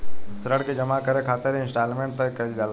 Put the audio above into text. ऋण के जामा करे खातिर इंस्टॉलमेंट तय कईल जाला